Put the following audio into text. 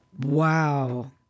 Wow